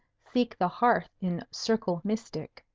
seek the hearth in circle mystic,